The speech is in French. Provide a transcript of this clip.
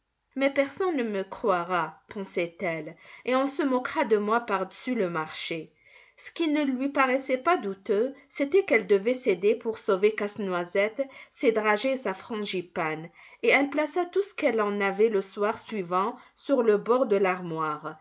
mais personne ne me croira pensait-elle et on se moquera de moi par-dessus le marché ce qui ne lui paraissait pas douteux c'était qu'elle devait céder pour sauver casse-noisette ses dragées et sa frangipane et elle plaça tout ce qu'elle en avait le soir suivant sur le bord de l'armoire